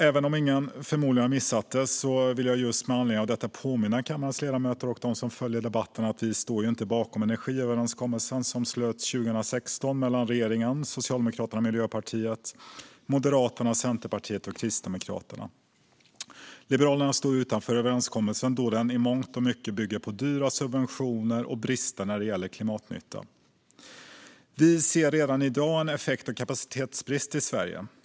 Även om förmodligen ingen har missat det, så vill jag just med anledning av detta påminna kammarens ledamöter och de som följer denna debatt om att Liberalerna inte stod bakom energiöverenskommelsen som slöts 2016 mellan regeringen - Socialdemokraterna och Miljöpartiet - och Moderaterna, Centerpartiet och Kristdemokraterna. Vi står utanför överenskommelsen eftersom den i mångt och mycket bygger på dyra subventioner och brister när det gäller klimatnytta. Vi ser redan i dag en effekt och kapacitetsbrist i Sverige.